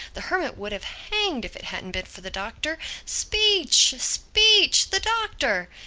the hermit would have hanged if it hadn't been for the doctor. speech! speech the doctor!